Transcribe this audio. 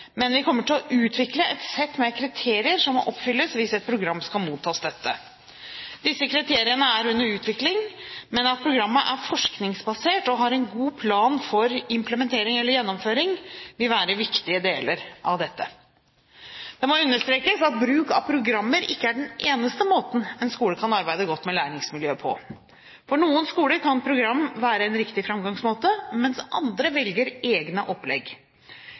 men vi kommer til å utvikle et sett med kriterier som må oppfylles hvis et program skal motta støtte. Disse kriteriene er under utvikling, men at programmet er forskningsbasert og har en god plan for implementering eller gjennomføring, vil være viktige deler av dette. Det må understrekes at bruk av programmer ikke er den eneste måten en skole kan arbeide godt med læringsmiljøet på. For noen skoler kan program være en riktig framgangsmåte, mens andre velger egne opplegg.